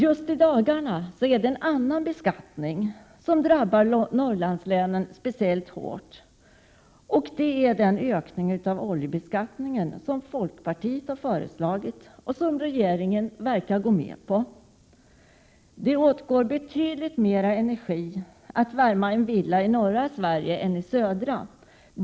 Just i dagarna drabbar en annan beskattning Norrlandslänen särskilt hårt. Det är den ökade oljebeskattning som folkpartiet har föreslagit och som regeringen verkar gå med på. Det åtgår betydligt mer energi för att värma en villa i norra Sverige än en i södra Sverige.